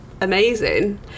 Amazing